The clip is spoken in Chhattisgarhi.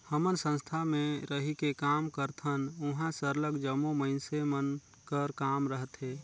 हमन संस्था में रहिके काम करथन उहाँ सरलग जम्मो मइनसे मन कर काम रहथे